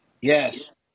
Yes